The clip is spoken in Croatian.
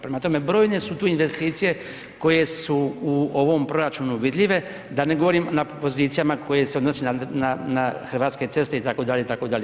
Prema tome, brojne su tu investicije koje su u ovom proračunu vidljive da ne govorim na pozicijama koje se odnose na hrvatske ceste itd., itd.